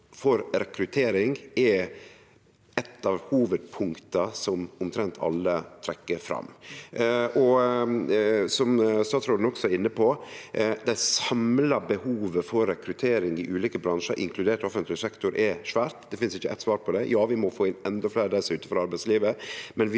for rekruttering eit av hovudpunkta som omtrent alle trekkjer fram. Som statsråden også var inne på: Det samla behovet for rekruttering i ulike bransjar, inkludert offentleg sektor, er svært. Det finst ikkje eitt svar på det. Ja, vi må få endå fleire av dei som er utanfor arbeidslivet,